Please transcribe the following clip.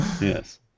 Yes